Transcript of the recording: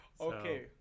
Okay